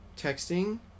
texting